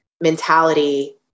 mentality